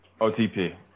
OTP